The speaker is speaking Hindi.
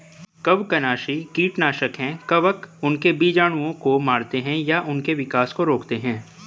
कवकनाशी कीटनाशक है कवक उनके बीजाणुओं को मारते है या उनके विकास को रोकते है